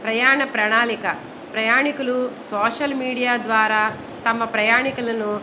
ప్రయాణ ప్రణాళిక ప్రయాణీకులు సోషల్ మీడియా ద్వారా తమ ప్రయాణీకులను